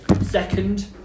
Second